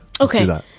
Okay